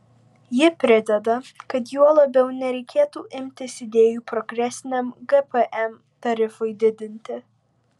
ji prideda kad juo labiau nereikėtų imtis idėjų progresiniam gpm tarifui didinti